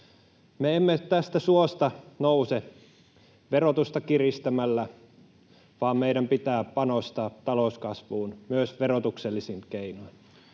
Me emme tästä suosta nouse verotusta kiristämällä, vaan meidän pitää panostaa talouskasvuun myös verotuksellisin keinoin.